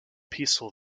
peaceful